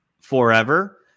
forever